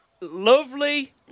Lovely